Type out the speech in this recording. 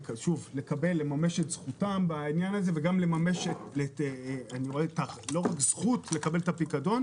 ולממש את זכותם וגם לממש את הזכות לקבל את הפיקדון.